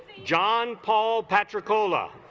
john paul patrick ola